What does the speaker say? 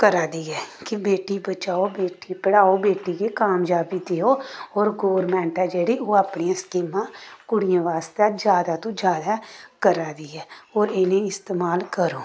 करा दी ऐ कि बेटी बचाओ बेटी पढ़ाओ बेटी गी कामजाबी देओ होर गौरमैंट ऐ जेह्ड़ी ओह् अपनियां स्कीमां कुड़ियें बास्तै जैदा तों जैदा करा दी ऐ होर इ'नें गी इस्तेमाल करो